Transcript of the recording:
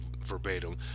verbatim